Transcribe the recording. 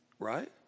right